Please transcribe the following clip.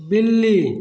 बिल्ली